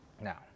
now